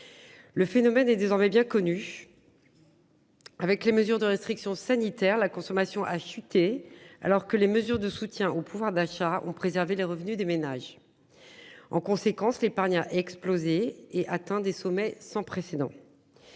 Le phénomène est désormais bien connue. Avec les mesures de restrictions sanitaires, la consommation a chuté, alors que les mesures de soutien au pouvoir d'achat ou préserver les revenus des ménages. En conséquence, l'épargne a explosé et atteint des sommets sans précédents.